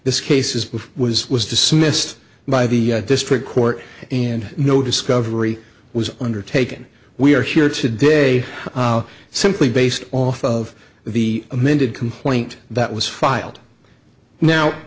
this case is was was dismissed by the district court and no discovery was undertaken we are here today simply based off of the amended complaint that was filed now